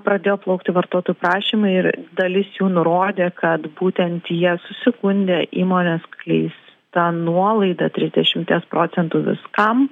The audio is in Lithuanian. pradėjo plaukti vartotojų prašymai ir dalis jų nurodė kad būtent jie susigundė įmonės skleis ta nuolaida trisdešimties procentų viskam